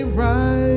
right